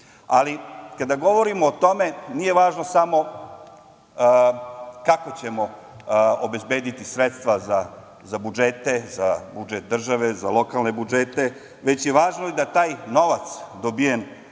govorimo o tome, nije važno samo kako ćemo obezbediti sredstva za budžete, za budžet države, za lokalne budžete, već je važno i da taj novac, dobijen